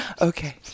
Okay